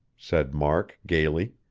said mark gayly.